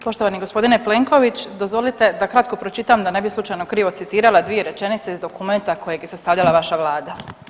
Poštovani g. Plenković, dozvolite da kratko pročitam da ne bi slučajno krivo citirala dvije rečenice iz dokumenta kojeg je sastavljala vaša vlada.